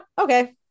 okay